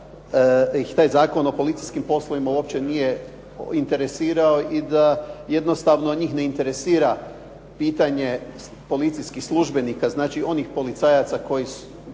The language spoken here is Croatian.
da ih taj Zakon o policijskim poslovima uopće nije interesirao i da jednostavno njih ne interesira pitanje policijskih službenika, znači onih policajaca koji u